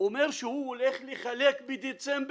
אומר שהוא הולך לחלק בדצמבר?